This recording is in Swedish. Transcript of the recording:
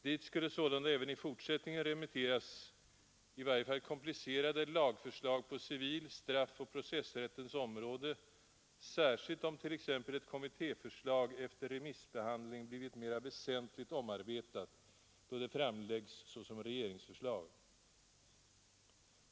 Dit skulle sålunda även i fortsättningen remitteras i varje fall komplicerade lagförslag på civil-, straffoch processrättens område, särskilt om t.ex. ett kommittéförslag efter remissbehandling blivit mera väsentligt omarbetat, då det framläggs som regeringsförslag.